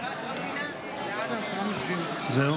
זהו?